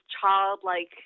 childlike